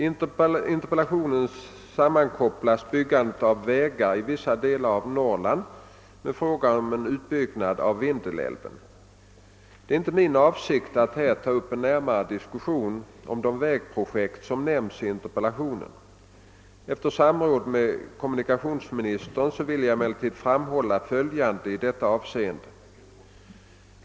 I interpellationen sammankopplas byggandet av vägar i vissa delar av Norrland med frågan om en utbyggnad av Vindelälven. Det är inte min avsikt att här ta upp en närmare diskussion om de vägprojekt som nämns i interpellationen. Efter samråd med kommunikationsministern vill jag emellertid framhålla följande i detta avseende.